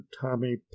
tommy